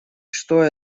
что